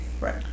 Right